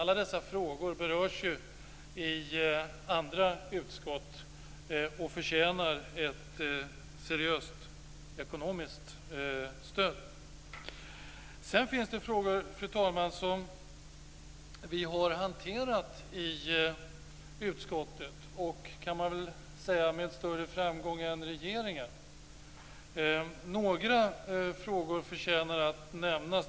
Alla dessa frågor berörs i andra utskott och förtjänar ett seriöst ekonomiskt stöd. Sedan finns det frågor, fru talman, som vi har hanterat i utskottet med, kan man säga, större framgång än regeringen. Några frågor förtjänar att nämnas.